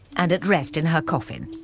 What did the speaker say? and at rest in her coffin